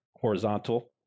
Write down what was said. horizontal